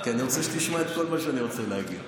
כי אני רוצה שתשמע את כל מה שאני רוצה להגיד.